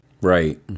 Right